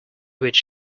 which